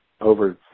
over